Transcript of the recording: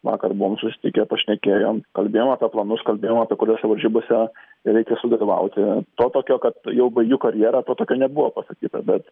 vakar buvom susitikę pašnekėjom kalbėjom apie planus kalbėjom apie kuriuos varžybose reikia sudalyvauti to tokio kad jau baigiu karjerą to tokio nebuvo pasakyta bet